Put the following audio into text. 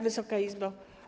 Wysoka Izbo!